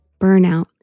burnout